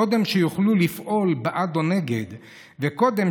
קודם שיוכלו לפעול בעד או נגד וקודם